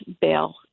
bail